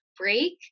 break